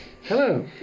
Hello